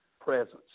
presence